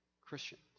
Christians